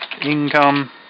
income